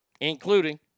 Including